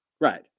Right